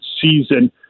season